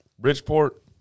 Bridgeport